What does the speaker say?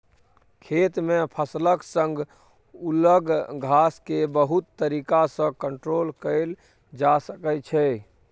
खेत मे फसलक संग उगल घास केँ बहुत तरीका सँ कंट्रोल कएल जा सकै छै